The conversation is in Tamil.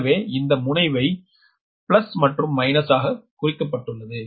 எனவே இந்த முனைவை பிளஸ் மற்றும் மைனஸ் ஆக குறிக்கப்பட்டுள்ளது